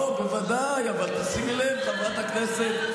לא, הוא לא עושה טובה, הוא רק מציג עובדה.